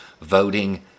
voting